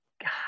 God